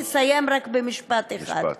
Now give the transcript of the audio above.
אני אסיים במשפט אחד: